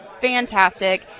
fantastic